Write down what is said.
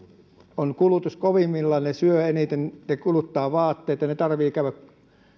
on kulutus kovimmillaan he syövät eniten he kuluttavat vaatteita heidän tarvitsee käydä